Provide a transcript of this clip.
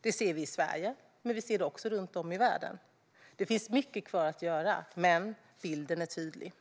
Det ser vi i Sverige, men vi ser det också runt om i världen. Det finns mycket kvar att göra, men bilden är tydlig.